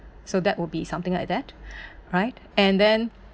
so that would be something like that right and then